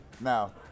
Now